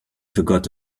forgot